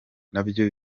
nabyo